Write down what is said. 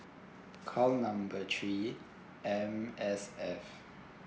call number three M_S_F